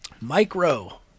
Micro